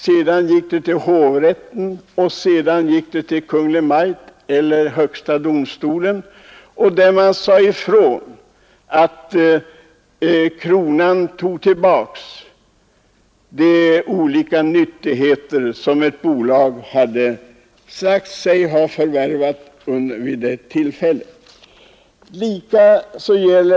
Målet gick sedan till hovrätten och därpå till högsta domstolen. Kronan fick rätt på de olika nyttigheter som bolaget sagt sig förvärva i dom den 29 januari 1901. Samma sak gäller Bergvik och Ala AB. Detta bolag har aldrig förvärvat någon äganderätt och kunde icke göra det; nyttjanderätten hade förbehållits befolkningen.